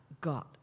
God